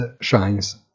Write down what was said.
shines